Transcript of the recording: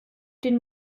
den